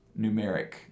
numeric